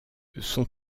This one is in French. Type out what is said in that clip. son